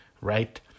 right